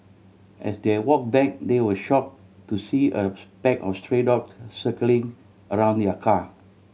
as they walk back they were shock to see a pack of stray dogs circling around the car